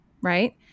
right